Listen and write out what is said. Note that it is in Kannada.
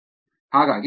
ಹಾಗಾಗಿ 7